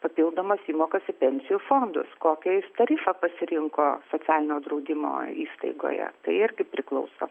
papildomos įmokos į pensijų fondus kokią jis tarifą pasirinko socialinio draudimo įstaigoje tai irgi priklauso